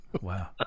wow